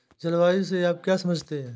जलवायु से आप क्या समझते हैं?